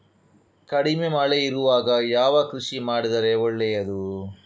ಕಡಿಮೆ ಮಳೆ ಇರುವಾಗ ಯಾವ ಕೃಷಿ ಮಾಡಿದರೆ ಒಳ್ಳೆಯದು?